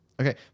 Okay